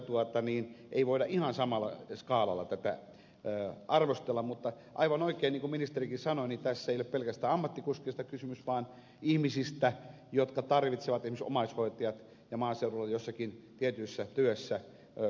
tässä kyllä ei voida ihan samalla skaalalla arvostella tätä mutta aivan oikein niin kuin ministerikin sanoi tässä ei ole pelkästään ammattikuskeista kysymys vaan ihmisistä jotka tarvitsevat esimerkiksi omaishoitajat ja maaseudulla joissakin tietyissä töissä olevat ajokorttia